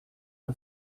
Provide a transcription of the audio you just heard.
uma